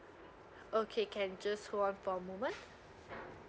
okay can just hold on for a moment